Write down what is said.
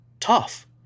tough